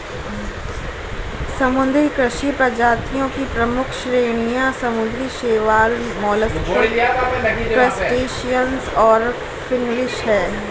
समुद्री कृषि प्रजातियों की प्रमुख श्रेणियां समुद्री शैवाल, मोलस्क, क्रस्टेशियंस और फिनफिश हैं